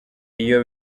iyo